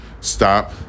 Stop